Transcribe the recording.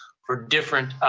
for different